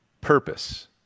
purpose